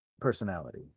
personality